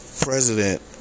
president